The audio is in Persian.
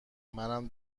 منم